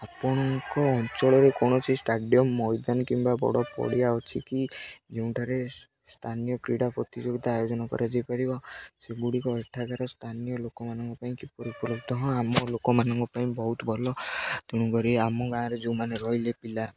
ଆପଣଙ୍କ ଅଞ୍ଚଳରେ କୌଣସି ଷ୍ଟାଡ଼ିୟମ୍ ମଇଦାନ କିମ୍ବା ବଡ଼ ପଡ଼ିଆ ଅଛି କିି ଯେଉଁଠାରେ ସ୍ଥାନୀୟ କ୍ରୀଡ଼ା ପ୍ରତିଯୋଗିତା ଆୟୋଜନ କରାଯାଇପାରିବ ସେଗୁଡ଼ିକ ଏଠାକାର ସ୍ଥାନୀୟ ଲୋକମାନଙ୍କ ପାଇଁ କିପରି ଉପଲବ୍ଧ ହଁ ଆମ ଲୋକମାନଙ୍କ ପାଇଁ ବହୁତ ଭଲ ତେଣୁକରି ଆମ ଗାଁରେ ଯେଉଁମାନେ ରହିଲେ ପିଲା